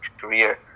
career